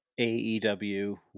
AEW